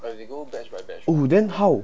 oh then how